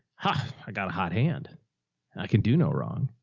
huh, i got a hot hand. i can do no wrong.